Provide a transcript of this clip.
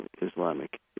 Islamic